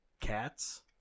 Cats